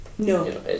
No